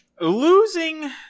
losing